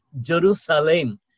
Jerusalem